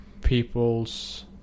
people's